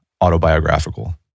autobiographical